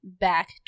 back